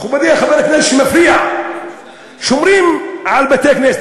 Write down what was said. מכובדי חבר הכנסת שמפריע, שומרים על בתי-כנסת.